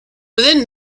within